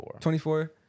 24